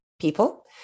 people